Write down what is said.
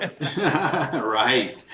Right